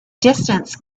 distance